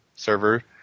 server